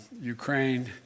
Ukraine